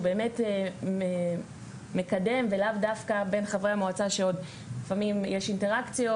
באמת מקדם ולאו דווקא בין חברי המועצה שעוד לפעמים יש אינטראקציות,